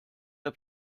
der